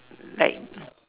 like